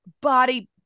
body